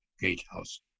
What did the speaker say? gatehouse